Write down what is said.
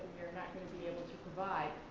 we are not going to be able to provide?